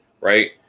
right